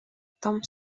tom